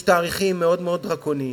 יש תאריכים מאוד מאוד דרקוניים,